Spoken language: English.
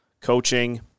coaching